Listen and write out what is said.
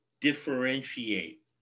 differentiate